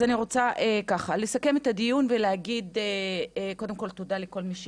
אז אני רוצה לסכם את הדיון ולהגיד קודם כל תודה לכל מי שהגיע.